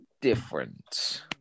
different